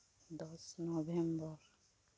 ᱫᱚᱥ ᱱᱚᱵᱷᱮᱢᱵᱚᱨ